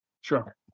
Sure